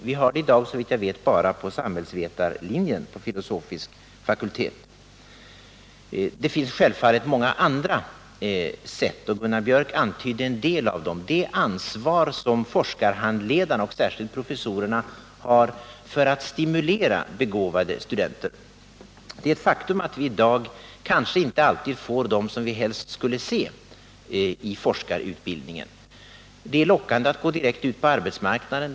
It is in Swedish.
Det förekommer i dag såvitt jag vet bara på samhällsvetarlinjen inom filosofisk fakultet. Det finns självfallet många andra sätt, och Gunnar Biörck antydde en del av dem, bl.a. det ansvar som forskarhandledarna, särskilt professorerna, har för att stimulera begåvade studenter. Det är ett faktum att vi kanske i dag inte får dem som vi helst skulle se i forskarutbildningen. Det är lockande att gå direkt ut på arbetsmarknaden.